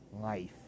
life